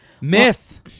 myth